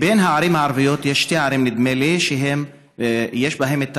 מהערים הערביות נדמה לי שיש שתי ערים שיש בהן את